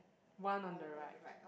one on the right